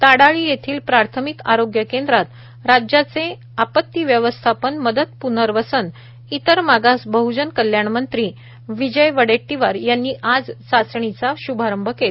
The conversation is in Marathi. ताडाळी येथील प्राथमिक आरोग्य केंद्रात राज्याचे आपत्ती व्यवस्थापन मदत प्नर्वसन इतर मागास बहजन कल्याण मंत्री विजय वडेट्टीवार यांनी आज चाचणीचा प्रारंभ केला